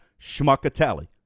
Schmuckatelli